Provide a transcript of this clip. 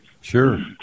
Sure